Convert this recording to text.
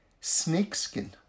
Snakeskin